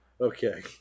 Okay